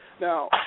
Now